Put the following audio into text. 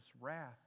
wrath